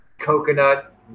coconut